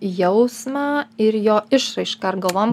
jausmą ir jo išraišką ir galvojam